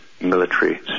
military